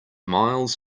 miles